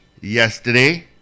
yesterday